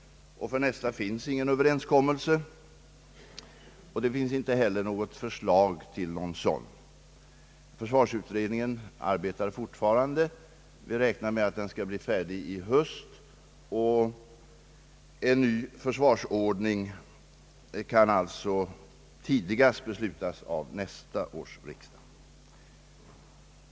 För nästa finns ingen överenskommelse, och det finns inte heller något förslag till en sådan. Försvarsutredningen arbetar fortfarande. Vi räknar med att den skall bli färdig i höst, och en ny försvarsordning kan alltså tidigast beslutas av nästa års riksdag.